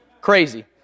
crazy